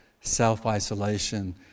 self-isolation